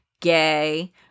gay